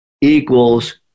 equals